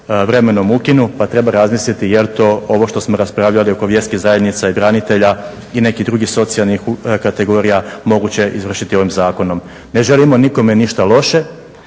vremenom ukinu, pa treba razmisliti jel to ovo što smo raspravljali oko vjerskih zajednica i branitelja i neki drugih socijalnih kategorija moguće izvršiti ovim zakonom. Ne želimo nikome ništa loše,